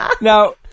Now